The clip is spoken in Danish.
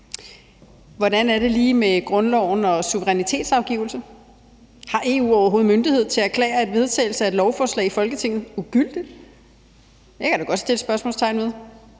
Hvordan er det lige med grundloven og suverænitetsafgivelse? Har EU overhovedet myndighed til at erklære vedtagelsen af et lovforslag i Folketinget for ugyldigt? Det kan der godt sættes spørgsmålstegn ved.